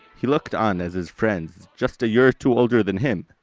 he looked on as his friends, just a year two older than him,